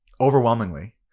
overwhelmingly